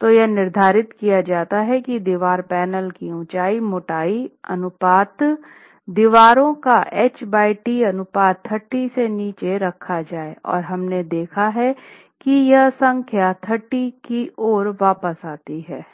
तो यह निर्धारित किया जाता है कि दीवार पैनल की ऊंचाई मोटाई अनुपात दीवारों का ht अनुपात 30 से नीचे रखा जाये और हमने देखा है कि यह संख्या 30 की ओर वापस आती है